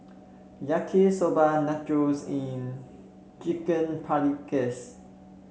Yaki Soba Nachos and Chicken Paprikas